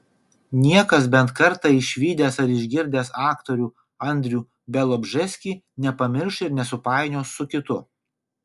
niekas bent kartą išvydęs ar išgirdęs aktorių andrių bialobžeskį nepamirš ir nesupainios su kitu